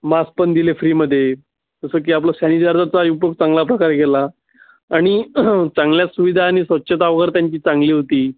mask पण दिले फ्रीमध्ये जसं की आपलं सॅनिचाराचा उपयोग चांगला प्रकारे केला आणि चांगल्या सुविधा आणि स्वच्छता वगैरे त्यांची चांगली होती